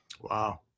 Wow